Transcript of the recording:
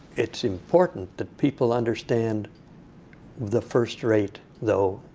it's important that people understand the first rate, though,